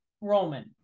roman